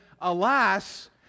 Alas